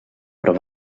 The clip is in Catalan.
però